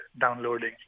downloading